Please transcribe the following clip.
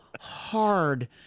hard